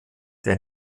der